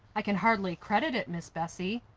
i can hardly credit it, miss bessie.